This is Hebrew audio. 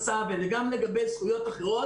זה גם לגבי הבטחת הכנסה וגם לגבי זכויות אחרות,